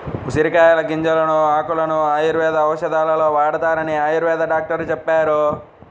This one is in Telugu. ఉసిరికాయల గింజలను, ఆకులను ఆయుర్వేద ఔషధాలలో వాడతారని ఆయుర్వేద డాక్టరు చెప్పారు